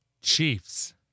Chiefs